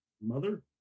Mother